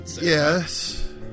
yes